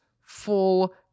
full